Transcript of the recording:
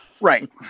right